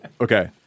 Okay